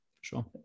Sure